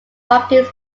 markings